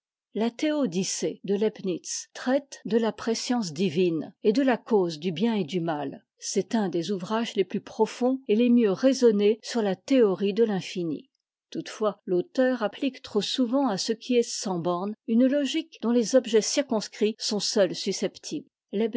la t eoekcee de leibnitz traite de la prescience divine et de la cause du bien et du ma c'est un des ouvrages les plus profonds et les mieux raisonnés sur la théorie de l'infini toutefois l'auteur applique trop souvent à ce qui est sans bornes une logique dont les objets circonscrits sont seuls susceptibles